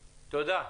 תודה.